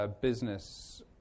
business